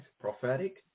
Prophetic